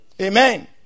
Amen